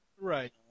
right